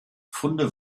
funde